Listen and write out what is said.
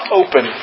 open